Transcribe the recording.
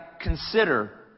consider